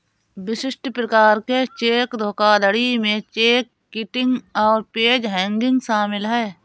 विशिष्ट प्रकार के चेक धोखाधड़ी में चेक किटिंग और पेज हैंगिंग शामिल हैं